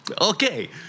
Okay